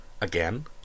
again